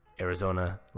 Arizona